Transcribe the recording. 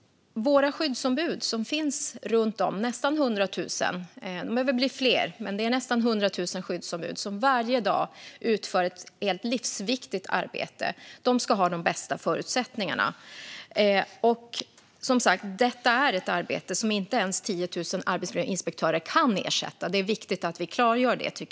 Våra nästan 100 000 skyddsombud - de behöver bli fler - finns runt om i landet och utför varje dag ett livsviktigt arbete. De ska ha de bästa förutsättningarna. De gör ett arbete som inte ens 10 000 arbetsmiljöinspektörer kan ersätta. Det är viktigt att klargöra det.